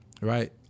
right